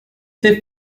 they